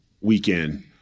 weekend